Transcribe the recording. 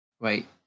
Wait